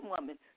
woman